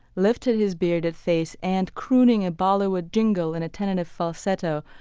lifted his bearded face, and, crooning a bollywood jingle in a tentative falsetto,